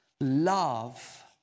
Love